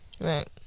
Right